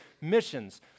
Missions